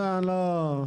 זה לא,